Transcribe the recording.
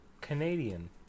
Canadian